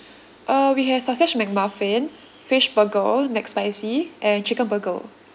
uh we have sausage McMuffin fish burger McSpicy and chicken burger